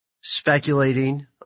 speculating